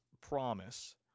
promise